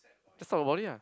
just talk about it ah